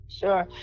Sure